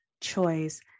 choice